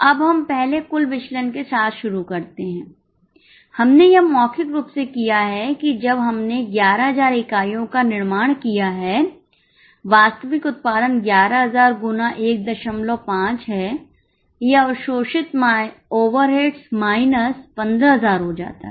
अब हम पहले कुल विचलन के साथ शुरू करते हैं हमने यह मौखिक रूप से किया है कि जब हमने 11000 इकाइयों का निर्माण किया है वास्तविक उत्पादन 11000 गुना 15 है ये अवशोषित ओवरहेड्स माइनस 15000 हो जाता है